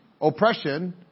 Oppression